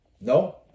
No